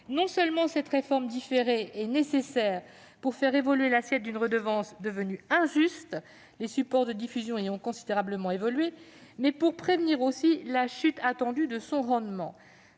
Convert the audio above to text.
au plus tard. Cette réforme différée est non seulement nécessaire pour faire évoluer l'assiette d'une redevance devenue injuste, les supports de diffusion ayant considérablement évolué, mais aussi pour prévenir la chute attendue de son rendement.